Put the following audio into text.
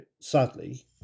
sadly